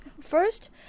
First